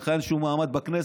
לך אין שום מעמד בכנסת.